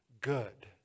good